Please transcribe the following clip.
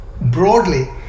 broadly